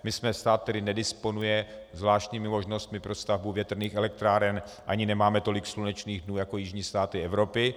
My jsme stát, který nedisponuje zvláštními možnostmi pro stavbu větrných elektráren ani nemáme tolik slunečných dnů jako jižní státy Evropy.